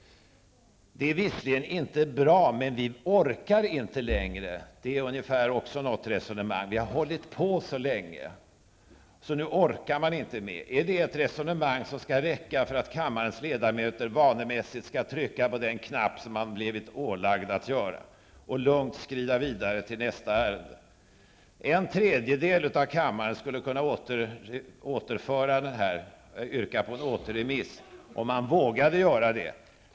Det är visserligen inte bra men vi orkar inte längre, lyder resonemanget. Man har hållit på så länge att man inte orkar mer. Är det ett resonemang som skall räcka för att kammarens ledamöter vanemässigt skall trycka på den knapp som de har blivit ålagda att göra och sedan lugnt skrida vidare till nästa ärende? En tredjedel av kammarens ledamöter skulle kunna yrka på återremiss, om den vågade göra det.